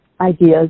ideas